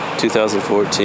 2014